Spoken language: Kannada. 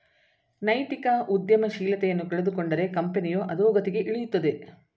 ನೈತಿಕ ಉದ್ಯಮಶೀಲತೆಯನ್ನು ಕಳೆದುಕೊಂಡರೆ ಕಂಪನಿಯು ಅದೋಗತಿಗೆ ಇಳಿಯುತ್ತದೆ